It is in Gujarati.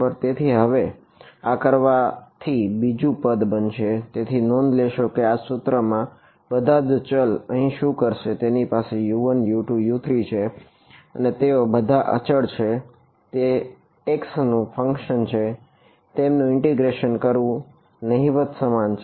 તેથી હવે આ કરવાથી બીજું પદ બનશે તેથી નોંધ લેશો કે આ પ્રથમ સૂત્રમાં બધા ચલ અહીં શું કરશે તેની પાસે U1U2U3 છે અને તેઓ બધા અચળ છે તે x નું ફંક્શન કરવું તે નહિવત સમાન છે